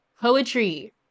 Poetry